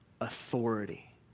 authority